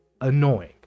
annoying